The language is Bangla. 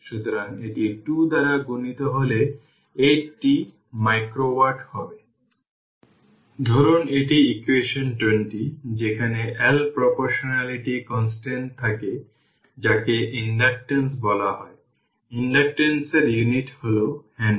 সুতরাং 15 120 এটি 4 মাইক্রোফ্যারাড হয়ে যায় যা c ইকুইভ্যালেন্ট এবং দেওয়া v C1 0 ঠিক আমি লিখছি যে 4 ভোল্ট এবং v C2 0 24 ভোল্ট